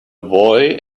boy